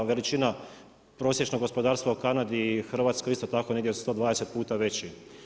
Veličina prosječnog gospodarstva u Kanadi i Hrvatskoj je isto tako negdje 120 puta veći.